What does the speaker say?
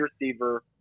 receiver